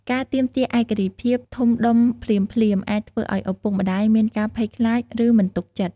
ការទាមទារឯករាជ្យភាពធំដុំភ្លាមៗ អាចធ្វើឲ្យឪពុកម្ដាយមានការភ័យខ្លាច ឬមិនទុកចិត្ត។